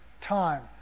time